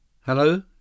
Hello